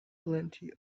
plenty